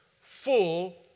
Full